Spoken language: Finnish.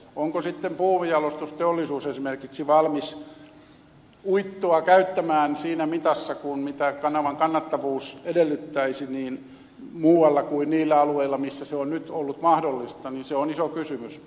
se onko sitten puunjalostusteollisuus esimerkiksi valmis uittoa käyttämään siinä mitassa kuin mitä kanavan kannattavuus edellyttäisi muualla kuin niillä alueilla missä se on nyt ollut mahdollista on iso kysymys